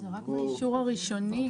זה רק באישור הראשוני.